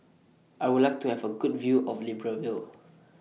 I Would like to Have A Good View of Libreville